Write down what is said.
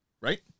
right